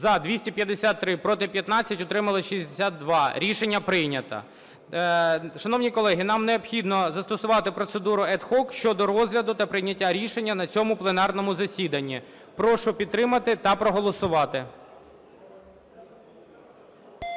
За-253 Проти – 15, утримались – 62. Рішення прийнято. Шановні колеги, нам необхідно застосувати процедуру ad hoc щодо розгляду та прийняття рішення на цьому пленарному засіданні. Прошу підтримати та проголосувати.